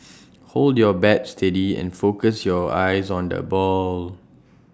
hold your bat steady and focus your eyes on the ball